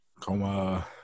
Coma